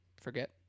forget